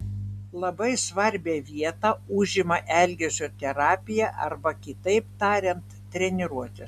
labai svarbią vietą užima elgesio terapija arba kitaip tariant treniruotės